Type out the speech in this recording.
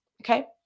Okay